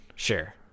Sure